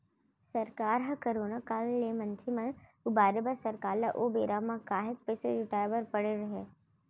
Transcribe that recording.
सरकार ह करोना काल ले मनसे मन उबारे बर सरकार ल ओ बेरा म काहेच पइसा जुटाय बर पड़े हे